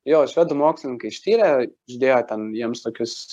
jo švedų mokslininkai ištyrė uždėjo ten jiems tokius